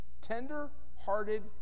tender-hearted